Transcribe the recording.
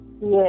Yes